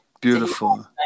Beautiful